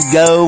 go